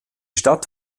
stadt